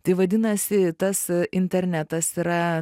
tai vadinasi tas internetas yra